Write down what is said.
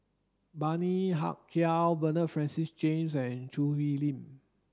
Bani Haykal Bernard Francis James and Choo Hwee Lim